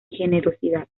generosidad